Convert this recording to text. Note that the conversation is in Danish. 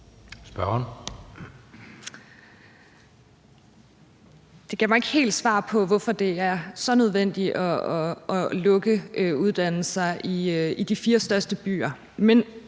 Det gav mig ikke helt svar på, hvorfor det er så nødvendigt at lukke uddannelser i de fire største byer.